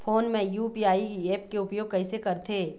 Phone मे UPI app के उपयोग कइसे करथे?